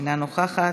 אינו נוכח,